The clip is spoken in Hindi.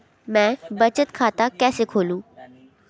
मैं बचत खाता कैसे खोलूं?